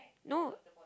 no